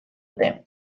dute